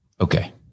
Okay